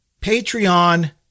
Patreon